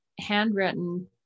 handwritten